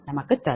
335MW